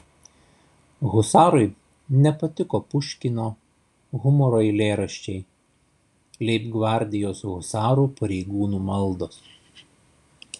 husarui nepatiko puškino humoro eilėraščiai leibgvardijos husarų pareigūnų maldos